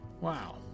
Wow